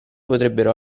potrebbero